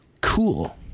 Cool